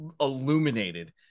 illuminated